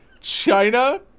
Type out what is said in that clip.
China